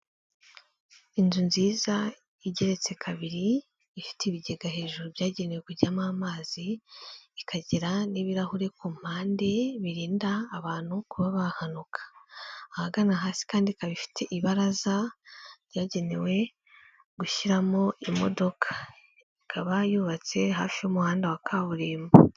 Inzu nziza igeretse kabiri ifite ibigega hejuru byagenewe kujyamo amazi, ikagira n'ibirahuri ku mpande birinda abantu kuba bahanuka, ahagana hasi kandi ikaba ifite ibaraza ryagenewe gushyiramo imodoka, ikaba yubatse hafi y'umuhanda wa kaburimbo.